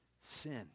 sin